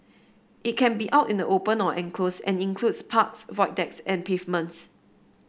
it can be out in the open or enclosed and includes parks Void Decks and pavements